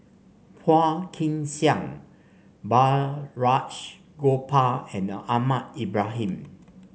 Phua Kin Siang Balraj Gopal and Ahmad Ibrahim